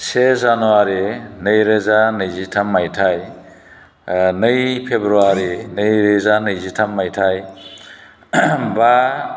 से जानुवारि नैरोजा नैजिथाम मायथाइ नै फेब्रुवारि नैरोजा नैजिथाम मायथाइ बा